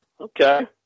Okay